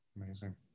Amazing